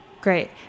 Great